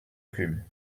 plume